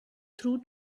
through